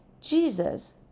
Jesus